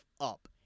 up